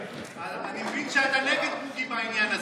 אני מבין שאתה נגד בוגי בעניין הזה,